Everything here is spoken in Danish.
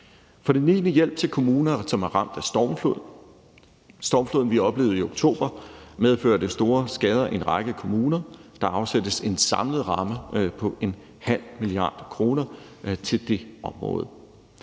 vil der være hjælp til kommuner, som er ramt af stormflod. Stormfloden, vi oplevede i oktober, medførte store skader i en række kommuner. Der afsættes en samlet ramme på en 0,5 mia. kr. til det område.